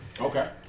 Okay